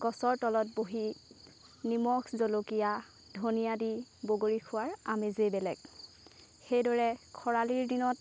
গছৰ তলত বহি নিমখ জলকীয়া ধনীয়া দি বগৰী খোৱাৰ আমেজেই বেলেগ সেইদৰে খৰালিৰ দিনত